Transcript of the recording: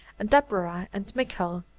and deborah and michal,